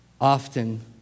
Often